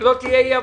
לא תהיה אי הבנה.